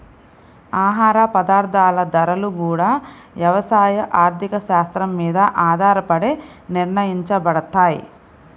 ఆహార పదార్థాల ధరలు గూడా యవసాయ ఆర్థిక శాత్రం మీద ఆధారపడే నిర్ణయించబడతయ్